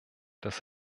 das